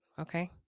okay